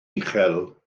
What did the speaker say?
uchel